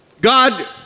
God